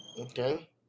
Okay